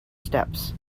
steps